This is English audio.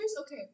okay